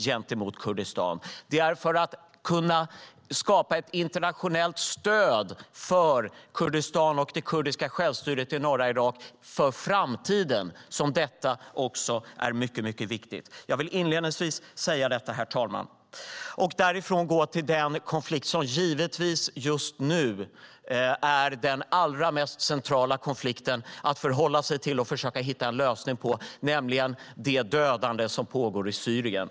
Det är för att i framtiden kunna skapa internationellt stöd för Kurdistan och det kurdiska självstyret i norra Irak som det är mycket, mycket viktigt. Jag ville inledningsvis säga detta, herr talman. Därifrån går jag till den konflikt som givetvis just nu är den allra mest centrala konflikten att förhålla sig till och försöka hitta en lösning på, nämligen det dödande som pågår i Syrien.